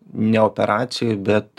ne operacijoj bet